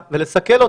את הרשות הפלסטינית?